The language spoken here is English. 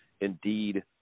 indeed